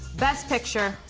best picture.